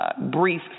brief